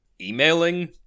emailing